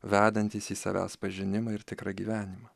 vedantys į savęs pažinimą ir tikrą gyvenimą